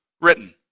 written